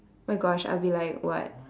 my gosh I'll be like what